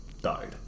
died